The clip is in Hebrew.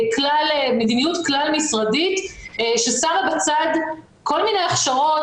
מדיניות כלל משרדית ששמה בצד כל מיני הכשרות